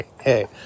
hey